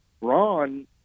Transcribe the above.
Ron